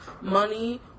Money